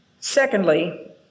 Secondly